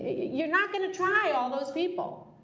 you're not going to try all those people.